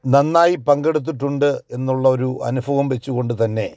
നന്നായി പങ്കെടുത്തിട്ടുണ്ട് എന്നുള്ളൊരു അനുഭവം വെച്ച് കൊണ്ടുതന്നെ